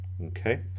okay